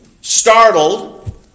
startled